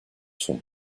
sont